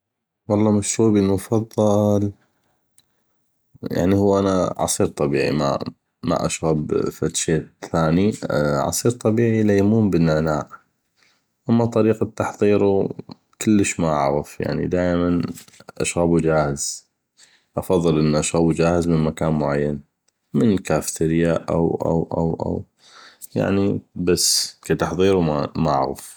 والله مشروبي المفضل يعني هو انا عصير طبيعي ما اشغب فدشي ثاني عصير طبيعي ليمون بالنعناع همه طريقة تحضيرو كلش ما اعغف يعني دائما اشغبو جاهز افضل انو اشغبو جاهز من مكان معين من كافتريا أو أو أو يعني بس كتحضيرو ما اعغف